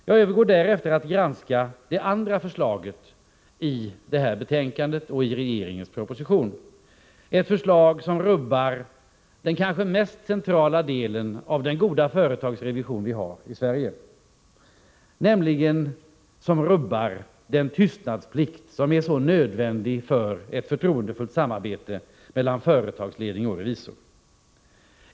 Jag övergår därefter till att granska det andra förslaget i regeringens proposition och i betänkandet. Det är ett förslag som rubbar den kanske mest centrala delen i den goda företagsrevision som vi har i Sverige, nämligen den tystnadsplikt som är så nödvändig för ett förtroendefullt samarbete mellan företagsledning och revisor.